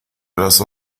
las